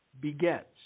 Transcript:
begets